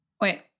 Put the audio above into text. Wait